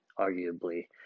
arguably